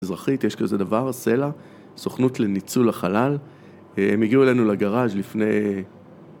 אזרחית, יש כזה דבר, סלע. סוכנות לניצול החלל. הם הגיעו אלינו לגראז' לפני...